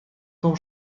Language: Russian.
том